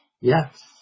yes